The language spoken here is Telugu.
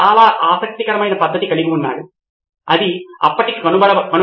కాబట్టి అతను సవరించదగినది సవరించగలిగే విషయం గురించి కూడా మాట్లాడాడు అవును